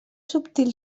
subtil